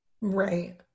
right